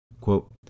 Quote